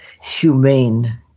humane